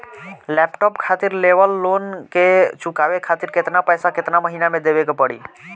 Laptop खातिर लेवल loan के चुकावे खातिर केतना पैसा केतना महिना मे देवे के पड़ी?